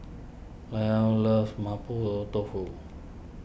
Layla loves Mapo Tofu